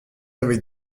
avec